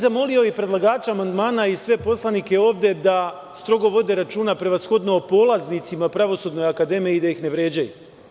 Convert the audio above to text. Zamolio bih i predlagača amandmana i sve poslanike ovde da strogo vode računa prevashodno o polaznicima Pravosudne akademije i da ih ne vređaju.